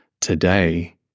today